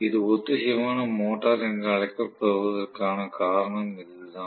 இது ஒத்திசைவான மோட்டார் என்று அழைக்கப்படுவதற்கான காரணம் இதுதான்